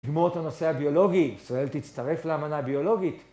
לגמור את הנושא הביולוגי, ישראל תצטרף לאמנה הביולוגית.